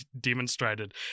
demonstrated